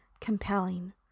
compelling